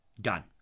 Done